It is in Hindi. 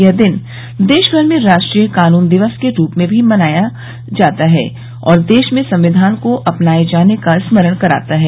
यह दिन देशभर में राष्ट्रीय कानून दिवस के रूप में भी जाना जाता है और देश में संविधान को अपनाये जाने का स्मरण कराता है